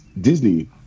Disney